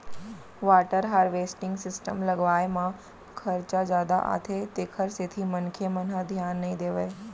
water harvesting system लगवाए म खरचा जादा आथे तेखर सेती मनखे मन ह धियान नइ देवय